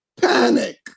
panic